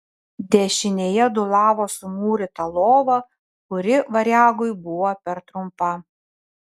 dešinėje dūlavo sumūryta lova kuri variagui buvo per trumpa